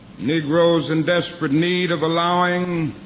negroes in desperate need of allowing